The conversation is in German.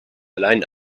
allein